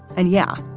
and yeah,